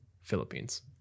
Philippines